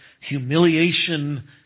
humiliation